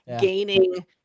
gaining